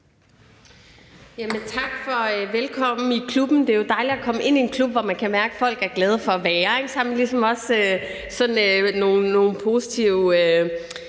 Tak for velkomsten i klubben. Det er dejligt at komme ind i en klub, hvor man kan mærke at folk er glade for at være. Så har man ligesom også sådan nogle positive